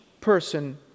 person